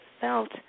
felt